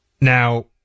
Now